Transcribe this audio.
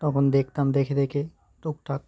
তখন দেখতাম দেখে দেখে টুক টাক